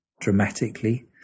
Dramatically